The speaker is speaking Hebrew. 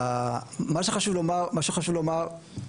מה שחשוב לומר,